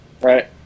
Right